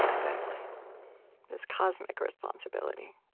exactly this cosmic responsibility